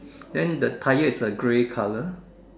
then the tyre is a grey color